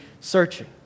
searching